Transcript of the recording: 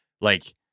like-